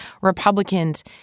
Republicans